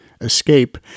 Escape